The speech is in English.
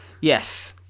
Yes